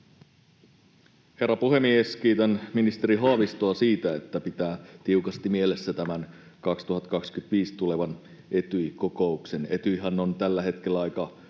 Herra puhemies! Kiitän ministeri Haavistoa siitä, että hän pitää tiukasti mielessä tämän vuonna 2025 tulevan Etyj-kokouksen. Etyjhän on tällä hetkellä aika